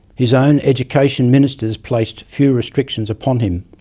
his own education ministers placed few restrictions upon him.